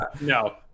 no